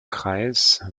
kreis